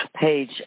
page